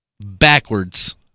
Backwards